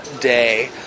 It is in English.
day